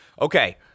okay